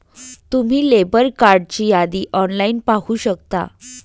तुम्ही लेबर कार्डची यादी ऑनलाइन पाहू शकता